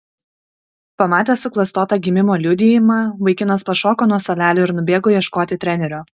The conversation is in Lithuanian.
pamatęs suklastotą gimimo liudijimą vaikinas pašoko nuo suolelio ir nubėgo ieškoti trenerio